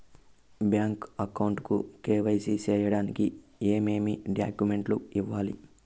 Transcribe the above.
Bank account కు KYC సేయడానికి ఏమేమి డాక్యుమెంట్ ఇవ్వాలి?